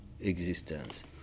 existence